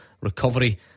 recovery